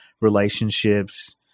relationships